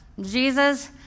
Jesus